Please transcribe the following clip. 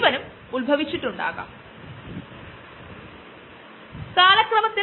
അതിനാൽ നമ്മൾ അതിൽ ഇന്നോകുലം ചേർത്തു